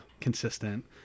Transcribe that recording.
consistent